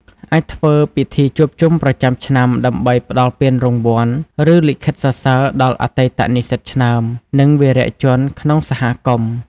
អាចធ្វើពិធីជួបជុំប្រចាំឆ្នាំដើម្បីផ្តល់ពានរង្វាន់ ឬលិខិតសរសើរដល់អតីតនិស្សិតឆ្នើម និងវីរៈជនក្នុងសហគមន៍។